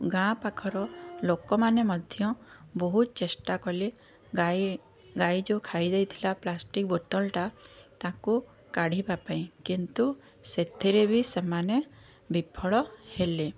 ଗାଁ ପାଖର ଲୋକମାନେ ମଧ୍ୟ ବହୁତ ଚେଷ୍ଟା କଲେ ଗାଈ ଗାଈ ଯେଉଁ ଖାଇଯାଇଥିଲା ପ୍ଲାଷ୍ଟିକ୍ ବୋତଲଟା ତାକୁ କାଢ଼ିବା ପାଇଁ କିନ୍ତୁ ସେଥିରେ ବି ସେମାନେ ବିଫଳ ହେଲେ